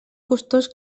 costós